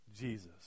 Jesus